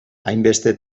hainbeste